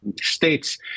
States